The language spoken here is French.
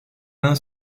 l’un